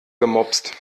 gemopst